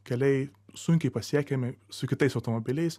keliai sunkiai pasiekiami su kitais automobiliais